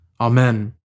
Amen